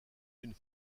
une